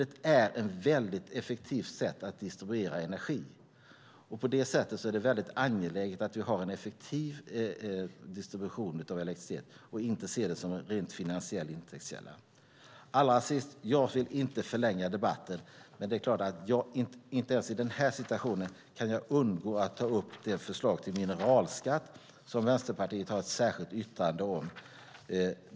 Det är nämligen ett väldigt effektivt sätt att distribuera energi, och på det sättet är det angeläget att vi har en effektiv distribution av elektricitet och inte ser det som en rent finansiell intäktskälla. Allra sist: Jag vill inte förlänga debatten, men det är klart att jag i denna situation inte kan undgå att ta upp det förslag till mineralskatt som Vänsterpartiet har ett särskilt yttrande om.